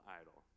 idol